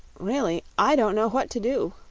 really, i don't know what to do,